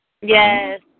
Yes